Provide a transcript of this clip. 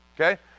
Okay